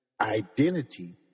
identity